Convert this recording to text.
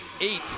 eight